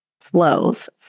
flows